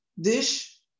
dish